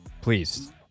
Please